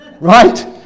right